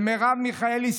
ומרב מיכאלי,